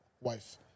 wife